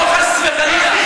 לא, חס וחלילה.